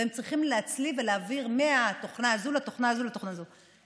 והם צריכים להצליב ולהעביר מהתוכנה הזאת לתוכנה הזאת לתוכנה הזאת.